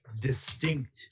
distinct